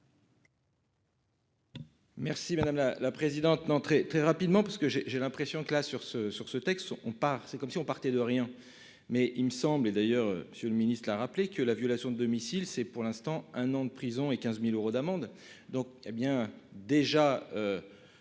Merci madame la présidente n'entrer très rapidement parce que j'ai, j'ai l'impression que là sur ce sur ce texte on part c'est comme si on partait de rien mais il me semble et d'ailleurs Monsieur le Ministre de la rappeler que la violation de domicile. C'est pour l'instant un an de prison et 15.000 euros d'amende.